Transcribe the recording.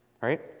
right